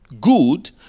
good